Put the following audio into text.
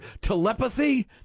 telepathy